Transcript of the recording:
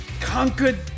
conquered